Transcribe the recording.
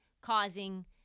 causing